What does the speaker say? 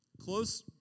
Close